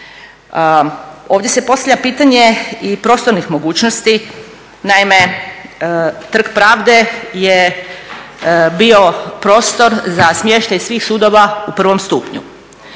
Ovdje se postavlja pitanje i prostornih mogućnost. Naime, Trg pravde je bio prostor za smještaj svih sudova u provom stupnju.